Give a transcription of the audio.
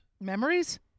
Memories